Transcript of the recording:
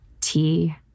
tea